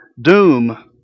doom